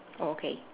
oh okay